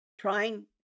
trying